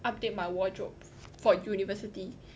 update my wardrobe for university